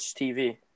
TV